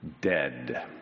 dead